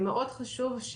מאוד חשוב,